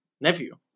nephew